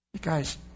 Guys